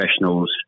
professionals